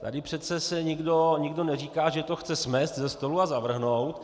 Tady přece nikdo neříká, že to chce smést ze stolu a zavrhnout.